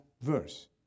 verse